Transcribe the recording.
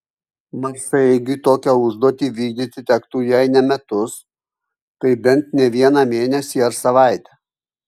marsaeigiui tokią užduotį vykdyti tektų jei ne metus tai bent ne vieną mėnesį ar savaitę